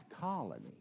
colony